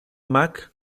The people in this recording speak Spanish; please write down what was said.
mac